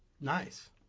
Nice